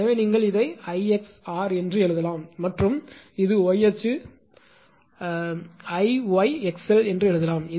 எனவே நீங்கள் இதை 𝐼𝑥𝑟 என்று எழுதலாம் மற்றும் இது y அச்சு கூறு 𝐼𝑦𝑥𝑙 என்று எழுதலாம்